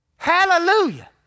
Hallelujah